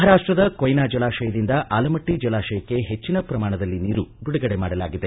ಮಹಾರಾಪ್ಟದ ಕೊಯಿನಾ ಜಲಾಶಯದಿಂದ ಆಲಮಟ್ಟಜಲಾಶಯಕ್ಕೆ ಹೆಚ್ಚನ ಪ್ರಮಾಣದಲ್ಲಿ ನೀರುಬಿಡುಗಡೆ ಮಾಡಲಾಗಿದೆ